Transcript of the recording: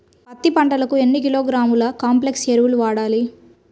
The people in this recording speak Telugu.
పత్తి పంటకు ఎన్ని కిలోగ్రాముల కాంప్లెక్స్ ఎరువులు వాడాలి?